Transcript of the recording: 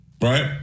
Right